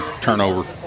turnover